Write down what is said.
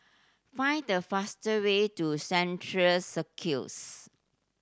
find the faster way to Central Circus